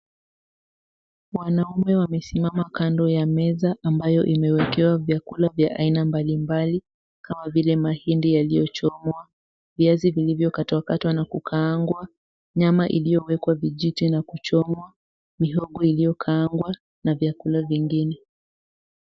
Wanaume wamesimama kando ya meza ambayo imewekewa vyakula vya aina mbalimbali. Kama vile; mahindi yaliyochomwa, viazi vilivyo katwakatwa na kukaangwa, nyama iliyowekwa vijiti na kuchomwa, mihogo iliyokaangwa, na vyakula vingine.